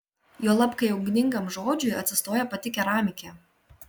juolab kai ugningam žodžiui atsistoja pati keramikė